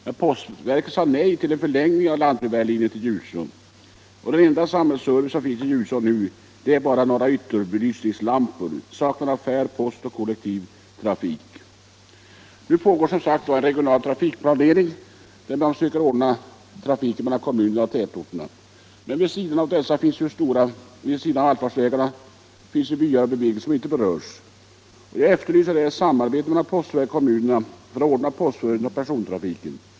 Men postverket sade nej till en förlängning av lantbrevbärarlinjen till Ljuså. Den enda samhällsservice som finns i Ljuså nu är några ytterbelysningslampor. Affär, post och kollektiv trafik saknas. Nu pågår en regional trafikplanering, där man söker ordna kollektiv trafik mellan olika kommuner och tätorter. Men vid sidan av de stora allfarvägarna finns byar och bebyggelse som inte berörs. Jag efterlyser här ett samarbete mellan postverket och kommunerna för att samordna postservicen och persontrafiken.